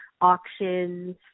auctions